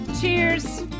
Cheers